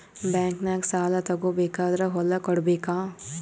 ಬ್ಯಾಂಕ್ನಾಗ ಸಾಲ ತಗೋ ಬೇಕಾದ್ರ್ ಹೊಲ ಕೊಡಬೇಕಾ?